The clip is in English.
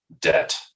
debt